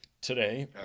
today